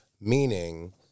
Meaning